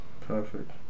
perfect